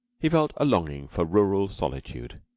he felt a longing for rural solitude.